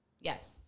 Yes